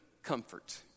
comfort